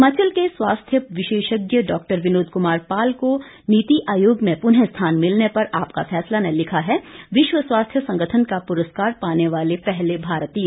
हिमाचल के स्वास्थ्य विशेषज्ञ डा विनोद कुमार पाल को नीति आयोग में पुनः स्थान मिलने पर आपका फैसला ने लिखा है विश्व स्वास्थ्य संगठन का पुरस्कार पाने वाले पहले भारतीय